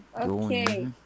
Okay